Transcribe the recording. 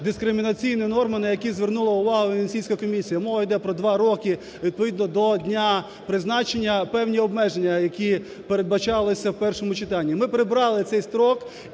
дискримінаційні норми, на які звернула увагу Венеційська комісія. Мова йде про два роки відповідно до дня призначення, певні обмеження, які передбачалися в першому читанні. Ми прибрали цей строк,